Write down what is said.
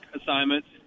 assignments